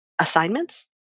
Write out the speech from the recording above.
assignments